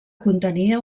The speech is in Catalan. contenia